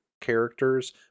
characters